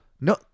No